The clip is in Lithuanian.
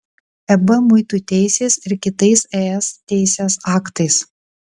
eb muitų teisės ir kitais es teisės aktais